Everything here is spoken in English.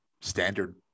standard